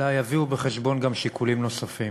אלא יביאו בחשבון גם שיקולים נוספים.